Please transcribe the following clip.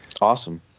Awesome